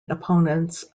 opponents